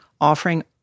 offering